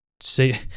Say